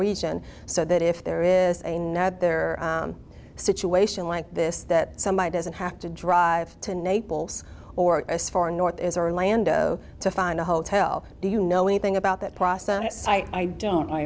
region so that if there is a net there a situation like this that somebody doesn't have to drive to naples or as far north as orlando to find a hotel do you know anything about that process so i don't i